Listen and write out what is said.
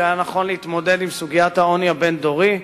שהיה נכון להתמודד עם סוגיית העוני הבין-דורי,